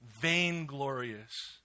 vainglorious